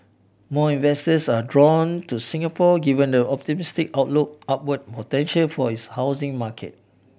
more investors are drawn to Singapore given the optimistic outlook upward potential for its housing market